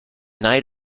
night